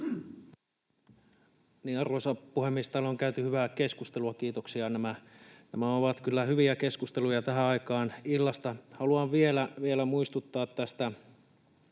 Arvoisa puhemies! Täällä on käyty hyvää keskustelua — kiitoksia. Nämä ovat kyllä hyviä keskusteluja tähän aikaan illasta. — Haluan vielä muistuttaa tästä